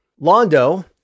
Londo